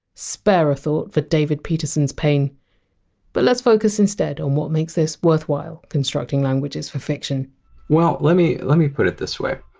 spare a thought for david peterson! s pain but let! s focus instead on what makes this worthwhile, constructing languages for fiction well let me let me put it this way.